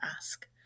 ask